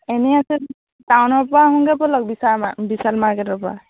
এনে আছে টাউনৰ পৰা আহোগৈ ব'লক বিশা বিশাল মাৰ্কেটৰ পৰা